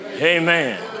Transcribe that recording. Amen